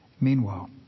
Meanwhile